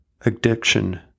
addiction